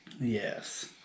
yes